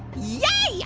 yeah!